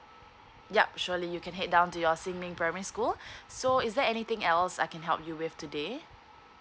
yup surely you can head down to your xinmin primary school so is there anything else I can help you with today